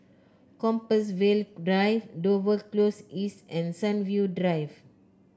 Compassvale Drive Dover Close East and Sunview Drive